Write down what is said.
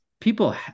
people